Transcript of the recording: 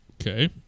Okay